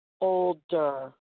older